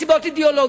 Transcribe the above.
מסיבות אידיאולוגיות.